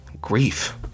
grief